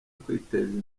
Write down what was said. kwiteza